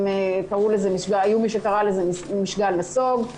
היה מי שקרא לזה משגל נסוג.